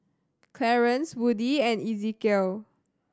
Clarance Woody and Ezekiel